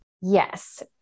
yes